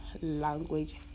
language